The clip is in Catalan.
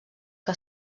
que